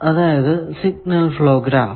അതായതു signal flow graph